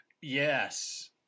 Yes